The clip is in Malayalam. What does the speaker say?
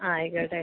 ആ ആയിക്കോട്ടെ